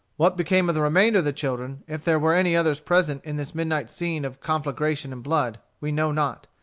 what became of the remainder of the children, if there were any others present in this midnight scene of conflagration and blood, we know not.